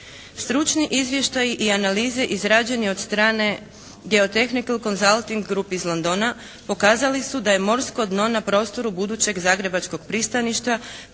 Stručni izvještaji i analize izrađeni od strane Geotehnik Consulting Group iz Londona pokazali su da je morsko dno na prostoru budućeg zagrebačkog pristaništa